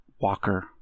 Walker